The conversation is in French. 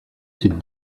cette